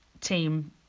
team